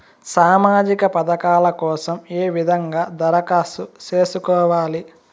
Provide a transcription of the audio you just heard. సామాజిక పథకాల కోసం ఏ విధంగా దరఖాస్తు సేసుకోవాలి